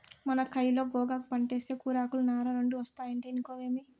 మన కయిలో గోగాకు పంటేస్తే కూరాకులు, నార రెండూ ఒస్తాయంటే ఇనుకోవేమి